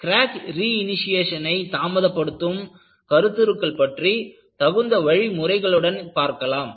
crack ரீ இணிஷியேஷனை தாமதப்படுத்தும் கருத்துருக்கள் பற்றி தகுந்த வழிமுறைகளுடன் பார்க்கலாம்